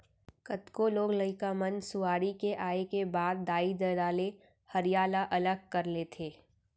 कतको लोग लइका मन सुआरी के आए के बाद दाई ददा ले हँड़िया ल अलग कर लेथें